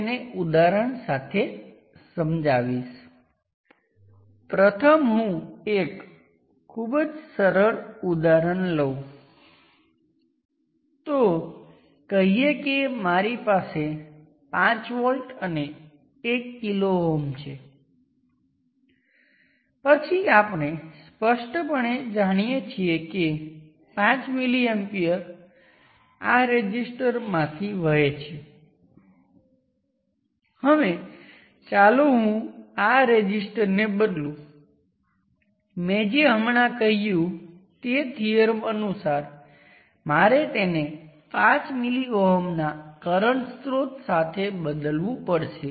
આ ચોક્કસ circuit terminal 1 અને 1 પ્રાઇમ પર આની ઇક્વિવેલન્ટ છે આ 1 અને 1 પ્રાઇમ છે અને આને નેટવર્ક N નું નોર્ટન ઇક્વિવેલન્ટ સર્કિટ તરીકે ઓળખવામાં આવે છે